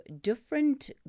different